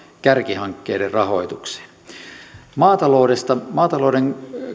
kärkihankkeiden rahoitukseen maatalouden